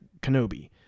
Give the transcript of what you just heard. Kenobi